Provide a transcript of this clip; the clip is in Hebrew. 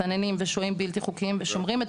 מסתננים ושוהים בלתי חוקיים ושומרים את